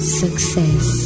success